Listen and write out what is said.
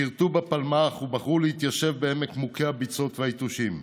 שירתו בפלמ"ח ובחרו להתיישב בעמק מוכה הביצות והיתושים.